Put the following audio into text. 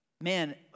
Man